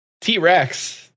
T-Rex